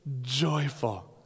joyful